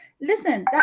listen